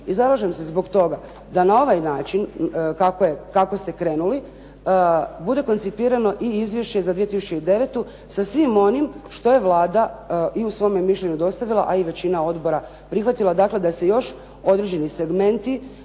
i zalažem se zbog toga da na ovaj način kako ste krenuli bude koncipirano i izvješće za 2009. sa svim onim što je Vlada i u svome mišljenju dostavila, a i većina odbora prihvatila, dakle da se još određeni segmenti